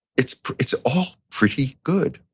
it's it's all pretty good.